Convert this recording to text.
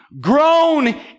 grown